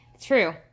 True